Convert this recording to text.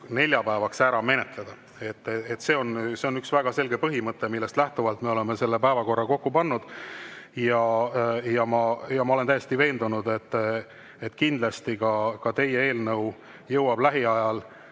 neljapäevaks ära menetleda. See on üks väga selge põhimõte, millest lähtuvalt me oleme selle päevakorra kokku pannud. Ma olen täiesti veendunud, et ka teie eelnõu jõuab lähiajal